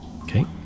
okay